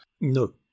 No